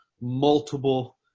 multiple